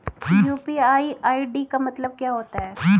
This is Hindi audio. यू.पी.आई आई.डी का मतलब क्या होता है?